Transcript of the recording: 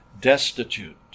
destitute